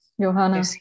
Johanna